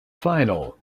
final